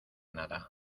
nada